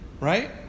right